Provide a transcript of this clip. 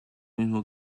mismo